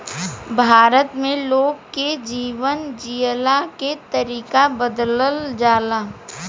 भारत में लोग के जीवन जियला के तरीका बदलल जाला